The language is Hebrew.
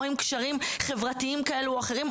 או עם קשרים חברתיים כאלו או אחרים,